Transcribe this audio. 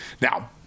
Now